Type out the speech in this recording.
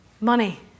money